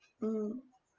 mm